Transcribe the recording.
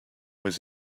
was